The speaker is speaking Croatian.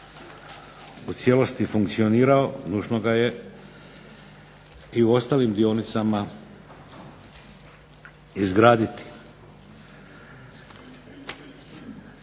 u cijelosti funkcionirao nužno ga je i u ostalim dionicama izgraditi.